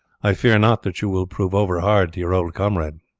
i fear not that you will prove over hard to your old comrade.